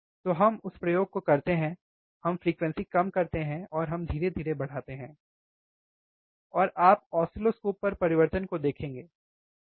तो हम उस प्रयोग को करते हैं हमें फ्रीक्वेंसी कम करते हैं और हमें धीरे धीरे बढ़ाते हैं और आप ऑसिलोस्कोप पर परिवर्तन को देखेंगे ठीक है